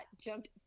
jumped